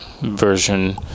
version